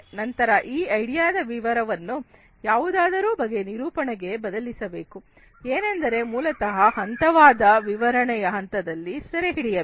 ನಂತರ ಈ ಐಡಿಯಾದ ವಿವರವನ್ನು ಯಾವುದಾದರೂ ಬಗೆಯ ನಿರೂಪಣೆಗೆ ಬದಲಿಸಬೇಕು ಏನೆಂದರೆ ಮೂಲತಃ ಹಂತವಾದ ವಿವರಣೆಯ ಹಂತದಲ್ಲಿ ಸೆರೆಹಿಡಿಯಬೇಕು